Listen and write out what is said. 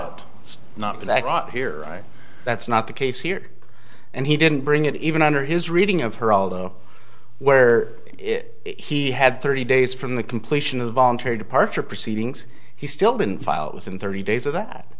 not that hot here that's not the case here and he didn't bring it even under his reading of geraldo where if he had thirty days from the completion of voluntary departure proceedings he's still been filed within thirty days of that